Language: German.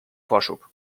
vorschub